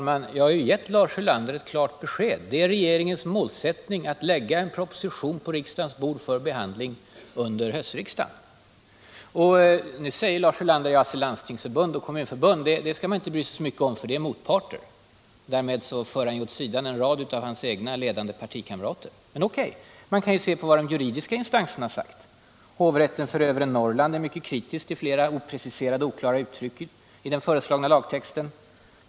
Herr talman! Jag har ju redan get Lars Ulander ett klart besked: det är regeringens målsättning att lägga en proposition på riksdagens bord för behandling under höstriksdagen. Nu säger Lars Ulander: Ja, se Landstingsförbundet och Kommuntförbundet skall man inte bry sig så mycket om, för de är ”motparter”! Därmed för han ju åt sidan en rad av sina egna ledande partikamrater! | Men okej. Man kan ju se på vad de juridiska instanserna yttrat. Hovrätten för Övre Norrland är mycket kritisk till flera opreciserade och oklara uttryck i den föreslagna lagtexten.